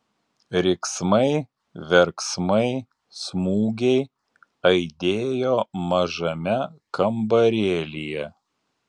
riksmai verksmai smūgiai aidėjo mažame kambarėlyje